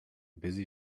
busy